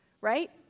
right